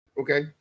Okay